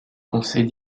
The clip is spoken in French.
conseils